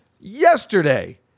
yesterday